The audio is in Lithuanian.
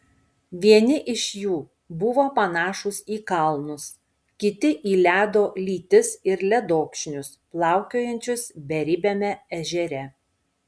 vieni iš jų buvo panašūs į kalnus kiti į ledo lytis ir ledokšnius plaukiojančius beribiame ežere